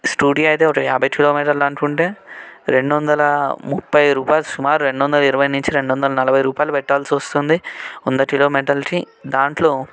scooty అయితే ఒక యాభై కిలోమీటర్లు అనుకుంటే రెండు వందల ముప్పై రూపాయలు సుమారు రెండు వందల ఇరవై నుంచి రెండు వందల నలభై రూపాయలు పెట్టాల్సి వస్తుంది వంద కిలోమీటర్లకి దాంట్లో